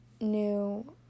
new